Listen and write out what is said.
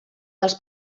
dels